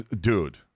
dude